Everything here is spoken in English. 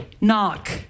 Knock